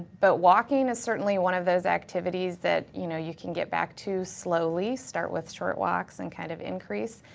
but walking is certainly one of those activities that you know you can get back to slowly. start with short walks and kind of increase.